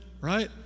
right